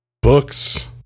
books